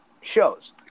shows